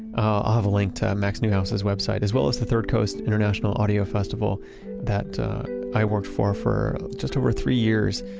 i'll have a link to max neuhaus's website, as well as the third coast international audio festival that i worked for for just over three years.